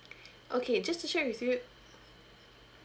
okay just to check with you